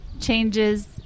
changes